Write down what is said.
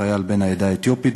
החייל בן העדה האתיופית,